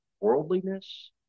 worldliness